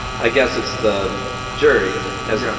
i guess it's the jury as. yeah